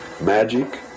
magic